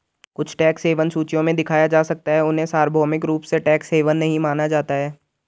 कुछ tax haven सूचियों में दिखाया जा सकता है, उन्हें सार्वभौमिक रूप से टैक्स हेवन नहीं माना जाता है